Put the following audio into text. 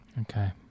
Okay